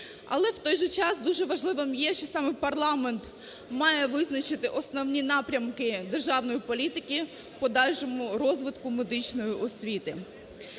Але в той же час дуже важливим є, що саме парламент має визначити основні напрямки державної політики в подальшому розвитку медичної освіти.